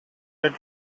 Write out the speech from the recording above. red